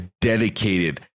dedicated